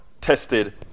tested